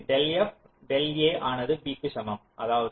எனவே del f del a ஆனது b க்கு சமமாகும்